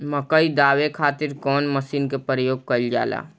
मकई दावे खातीर कउन मसीन के प्रयोग कईल जाला?